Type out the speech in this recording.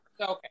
Okay